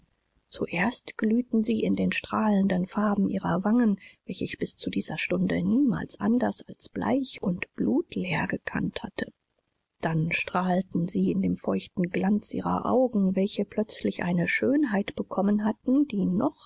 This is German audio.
zuerst glühten sie in den strahlenden farben ihrer wangen welche ich bis zu dieser stunde niemals anders als bleich und blutleer gekannt hatte dann strahlten sie in dem feuchten glanz ihrer augen welche plötzlich eine schönheit bekommen hatten die noch